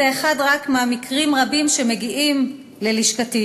זה רק אחד מהמקרים הרבים שמגיעים ללשכתי,